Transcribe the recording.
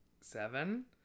seven